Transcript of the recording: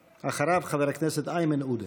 אחריו, חבר הכנסת איימן עודה.